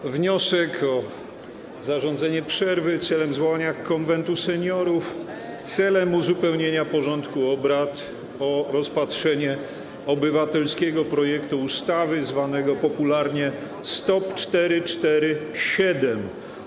Mam wniosek o zarządzenie przerwy celem zwołania Konwentu Seniorów w celu uzupełnienia porządku obrad o rozpatrzenie obywatelskiego projektu ustawy zwanego popularnie: stop 447.